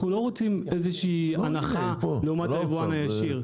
אנחנו לא רוצים איזו שהיא הנחה לעומת היבואן הישיר.